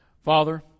father